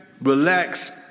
relax